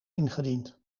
ingediend